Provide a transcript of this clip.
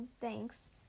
thanks